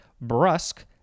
Brusque